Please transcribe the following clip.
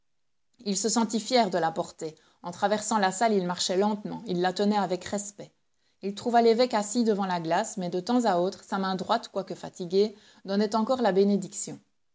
il se sentit fier de la porter en traversant la salle il marchait lentement il la tenait avec respect il trouva l'évêque assis devant la glace mais de temps à autre sa main droite quoique fatiguée donnait encore la bénédiction